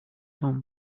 home